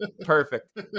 Perfect